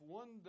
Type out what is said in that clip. one